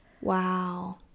Wow